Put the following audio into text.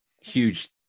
huge